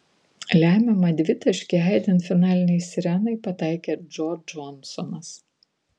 lemiamą dvitaškį aidint finalinei sirenai pataikė džo džonsonas